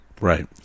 Right